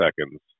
seconds